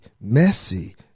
messy